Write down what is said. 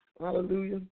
Hallelujah